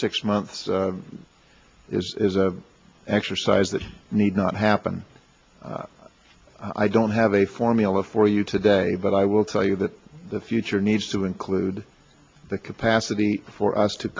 six months is a exercise that need not happen i don't have a formula for you today but i will tell you that the future needs to include the capacity for us to